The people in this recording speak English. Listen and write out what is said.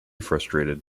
frustrated